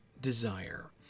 desire